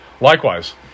Likewise